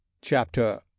Chapter